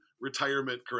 retirement